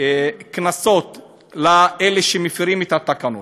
קנסות לאלה שמפרים את התקנות.